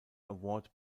award